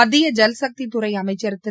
மத்திய ஜல் சக்தி துறை அமைச்சா் திரு